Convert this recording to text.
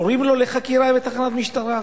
קוראים לו לחקירה בתחנת משטרה.